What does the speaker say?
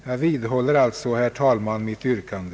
Jag vidhåller alltså, herr talman, mitt yrkande.